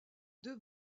deux